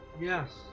Yes